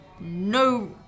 no